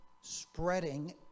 spreading